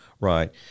Right